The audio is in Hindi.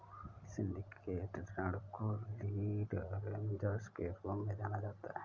सिंडिकेटेड ऋण को लीड अरेंजर्स के रूप में जाना जाता है